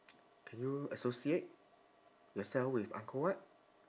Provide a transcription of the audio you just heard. can you associate yourself with angkor wat